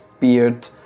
beard